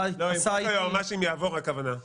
2 להצעת חוק-יסוד: הכנסת (תיקון מס' 51),